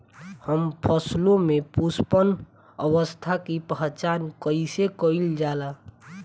हम फसलों में पुष्पन अवस्था की पहचान कईसे कईल जाला?